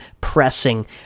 pressing